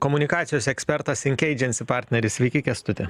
komunikacijos ekspertas ink agency partneris sveiki kęstuti